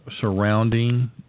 surrounding